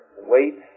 weight